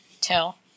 tell